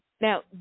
Now